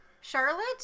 Charlotte